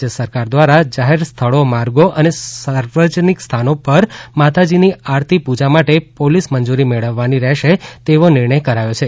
રાજ્ય સરકાર દ્વારા જાહેર સ્થળો માર્ગો અને સાર્વજનિક સ્થાનો પર માતાજીની આરતી પૂજા માટે પોલીસ મંજૂરી મેળવવાની રહેશે તેવો નિર્ણય કરાયો છે